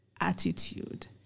attitude